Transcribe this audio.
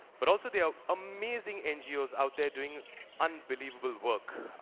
but also, there are amazing ngos out there, doing unbelievable work.